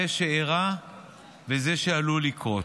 זה שאירע וזה שעלול לקרות.